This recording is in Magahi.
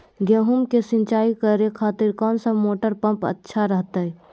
गेहूं के सिंचाई करे खातिर कौन सा मोटर पंप अच्छा रहतय?